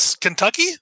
kentucky